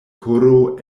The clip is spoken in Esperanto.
koro